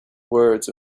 words